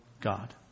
God